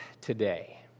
today